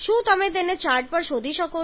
શું તમે તેને ચાર્ટ પર શોધી શકો છો